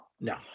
no